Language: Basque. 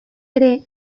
ere